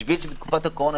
בשביל שבתקופת הקורונה,